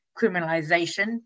criminalization